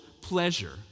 pleasure